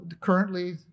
Currently